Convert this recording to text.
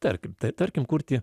tarkim tai tarkim kurti